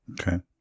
Okay